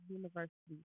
university